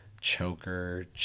choker